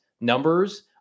numbers